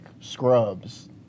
scrubs